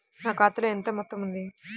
నా ఖాతాలో ఎంత మొత్తం ఉంది?